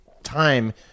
time